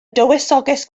dywysoges